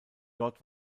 dort